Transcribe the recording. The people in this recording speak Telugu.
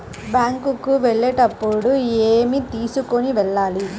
బ్యాంకు కు వెళ్ళేటప్పుడు ఏమి తీసుకొని వెళ్ళాలి?